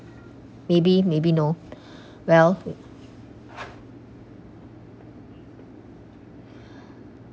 maybe maybe no well